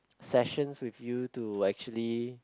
sessions with you to actually